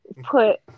put